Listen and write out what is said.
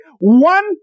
one